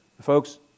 Folks